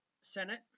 Senate